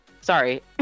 Sorry